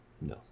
No